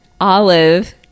Olive